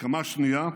הסכמה שנייה: